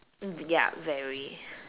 mm ya very